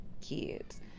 kids